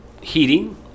Heating